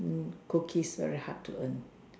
mm cookies very hard to earn